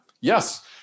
yes